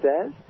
says